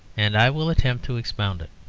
and i will attempt to expound it.